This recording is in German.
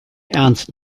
ernst